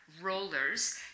rollers